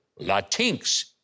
Latinx